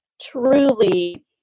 truly